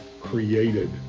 created